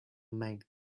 make